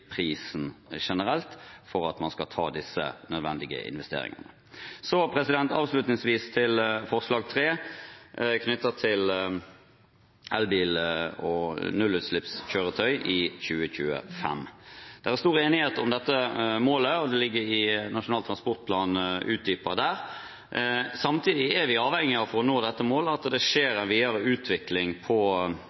generelt, for at man skal ta disse nødvendige investeringene. Så avslutningsvis til forslag til vedtak III, som går på elbil og nullutslippskjøretøy i 2025. Det er stor enighet om dette målet, og det er utdypet i Nasjonal transportplan. Samtidig er vi avhengig av for å nå dette målet at det skjer en videre utvikling